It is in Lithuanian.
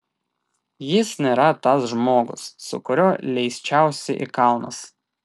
jis nėra tas žmogus su kuriuo leisčiausi į kalnus